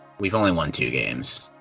we've only won two games,